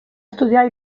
estudiar